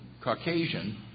Caucasian